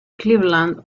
cleveland